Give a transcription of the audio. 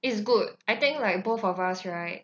it's good I think like both of us right